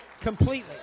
Completely